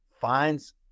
finds